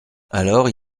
alors